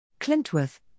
Clintworth